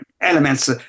elements